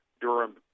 Durham